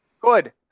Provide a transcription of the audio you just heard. Good